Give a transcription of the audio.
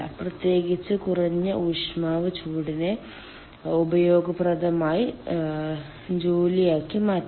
പ്രത്യേകിച്ച് കുറഞ്ഞ ഊഷ്മാവ് ചൂടിനെ ഉപയോഗപ്രദമായ ജോലിയാക്കി മാറ്റാം